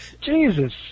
Jesus